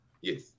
yes